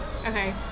okay